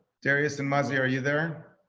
darius and muzzie, are you there?